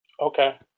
Okay